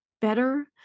better